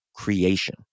creation